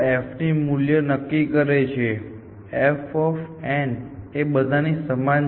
જો n એ leaf હોય જેનો અર્થ એ છે કે n ઓપન માં છે તે max min f ની સમાન છે